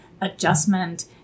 adjustment